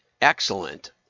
excellent